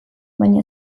baina